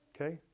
okay